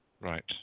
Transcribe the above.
right